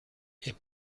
est